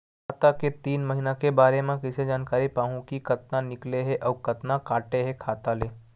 खाता के तीन महिना के बारे मा कइसे जानकारी पाहूं कि कतका निकले हे अउ कतका काटे हे खाता ले?